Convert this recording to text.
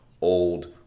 old